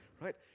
Right